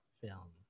film